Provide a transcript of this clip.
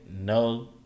No